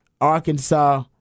Arkansas